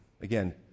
Again